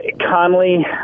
Conley